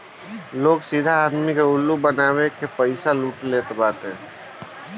लोग सीधा आदमी के उल्लू बनाई के पईसा लूट लेत बाटे